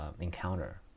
encounter